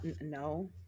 no